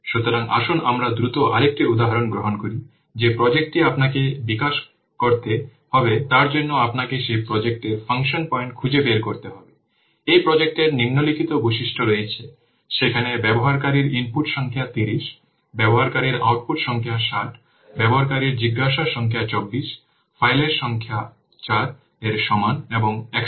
সুতরাং আসুন আমরা দ্রুত আরেকটি উদাহরণ গ্রহণ করি যে প্রজেক্টটি আপনাকে বিকাশ করতে হবে তার জন্য আপনাকে সেই প্রজেক্টের ফাংশন পয়েন্ট খুঁজে বের করতে হবে এই প্রজেক্টের নিম্নলিখিত বৈশিষ্ট্য রয়েছে সেখানে ব্যবহারকারীর ইনপুট সংখ্যা 30 ব্যবহারকারীর আউটপুট সংখ্যা 60 ব্যবহারকারীর জিজ্ঞাসার সংখ্যা 24 ফাইলের সংখ্যা 8 এর সমান এবং এক্সটার্নাল ইন্টারফেসের সংখ্যা 2